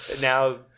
now